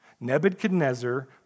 Nebuchadnezzar